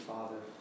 Father